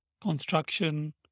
construction